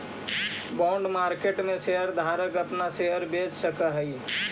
bond market में share धारक अपना शेयर बेच सकऽ हई